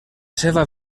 seva